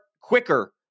quicker